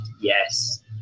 yes